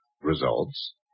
results